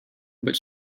but